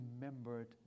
remembered